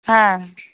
হ্যাঁ